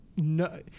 No